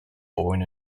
born